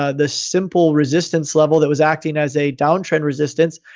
ah the simple resistance level that was acting as a downtrend resistance,